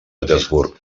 petersburg